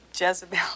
Jezebel